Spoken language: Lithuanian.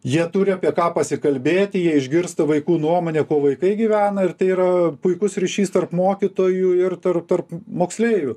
jie turi apie ką pasikalbėti jie išgirsta vaikų nuomonę kuo vaikai gyvena ir tai yra puikus ryšys tarp mokytojų ir tarp tarp moksleivių